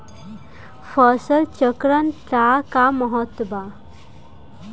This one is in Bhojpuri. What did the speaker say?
फसल चक्रण क का महत्त्व बा?